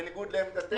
בניגוד לעמדתנו.